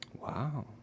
Wow